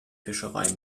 fischerei